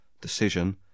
decision